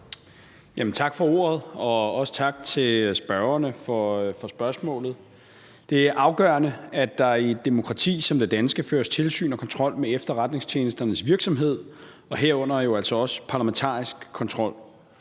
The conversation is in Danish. Tak for ordet, og også tak til spørgerne for spørgsmålet. Det er afgørende, at der i et demokrati som det danske føres tilsyn og kontrol med efterretningstjenesternes virksomhed, herunder jo altså også parlamentarisk kontrol.